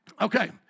Okay